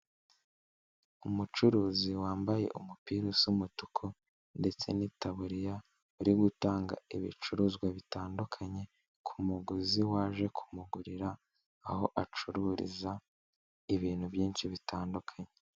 Umucuruzi wambaye umupira usa umutuku ndetse n'itaburiya urigutanga ibicuruzwa bitandukanye ku muguzi waje kumugurira aho acururiza ibintu byinshi bitandukanye.